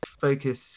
focus